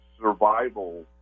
survival